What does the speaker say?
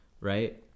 right